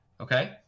Okay